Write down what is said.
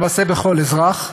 למעשה בכל אזרח,